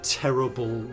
terrible